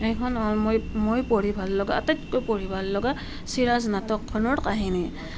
এইখন হ'ল মই মই পঢ়ি ভাল লগা আটাইতকৈ পঢ়ি ভাল লগা চিৰাজ নাটকখনৰ কাহিনী